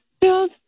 build